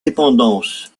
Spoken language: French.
dépendances